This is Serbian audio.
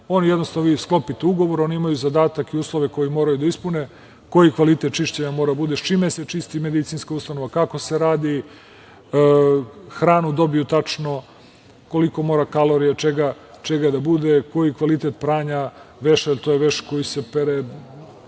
Jednostavno, vi sklopite ugovor, oni imaju zadatak i uslove koje moraju da ispune, koji kvalitet čišćenja mora da bude, čime se čisti medicinska ustanova, kako se radi. Za hranu dobiju tačno koliko mora kalorija i čega da bude, koji kvalitet pranja veša, jer to je veš koji se pere